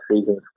season